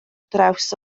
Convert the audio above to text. draws